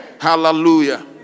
Hallelujah